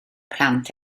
plant